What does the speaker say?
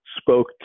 spoke